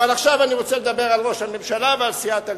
עכשיו אני רוצה לדבר על ראש הממשלה ועל סיעת הליכוד.